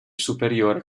superiore